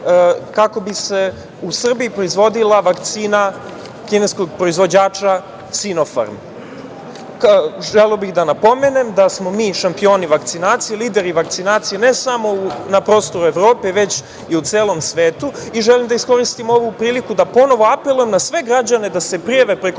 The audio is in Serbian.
kako bi se u Srbiji proizvodila vakcina kineskog proizvođača "Sinofarm".Želeo bih da napomenem da smo mi šampioni vakcinacije, lideri vakcinacije, ne samo na prostoru Evrope, već i u celom svetu. Želim da iskoristim ovu priliku da ponovo apelujem na sve građane da se prijave preko